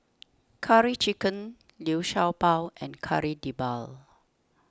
Curry Chicken Liu Sha Bao and Kari Debal